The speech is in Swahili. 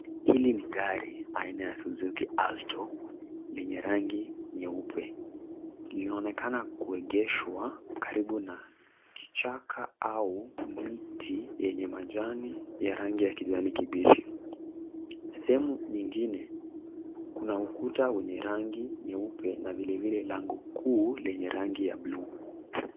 Hili ni gari aina ya Suzuki Alto lenye rangi nyeupe linaonekana kuegeshwa karibu na kichaka au miti yenye majani ya rangi ya kijani kibichi sehemu nyingine kuna ukuta wenye rangi nyeupe na vile vile lango kuu lenye rangi ya bluu.